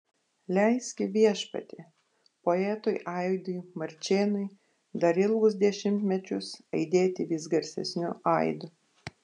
leiski viešpatie poetui aidui marčėnui dar ilgus dešimtmečius aidėti vis garsesniu aidu